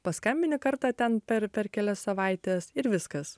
paskambini kartą ten per per kelias savaites ir viskas